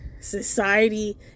society